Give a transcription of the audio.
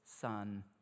son